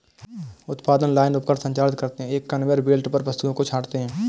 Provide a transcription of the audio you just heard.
उत्पादन लाइन उपकरण संचालित करते हैं, एक कन्वेयर बेल्ट पर वस्तुओं को छांटते हैं